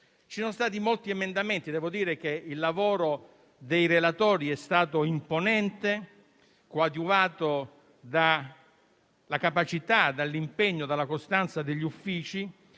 presentati molti emendamenti. Devo dire che il lavoro dei relatori è stato imponente e coadiuvato dalla capacità, dall'impegno e dalla costanza degli uffici.